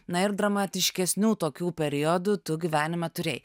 na ir dramatiškesnių tokių periodų tu gyvenime turėjai